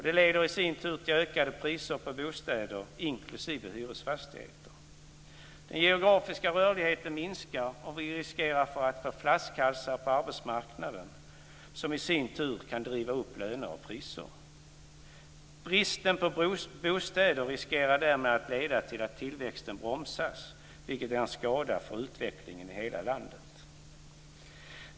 Det leder i sin tur till ökade priser på bostäder inklusive hyresfastigheter. Den geografiska rörligheten minskar och vi riskerar att få flaskhalsar på arbetsmarknaden som i sin tur kan driva upp löner och priser. Bristen på bostäder riskerar därmed att leda till att tillväxten bromsas, vilket är till skada för utvecklingen i hela landet.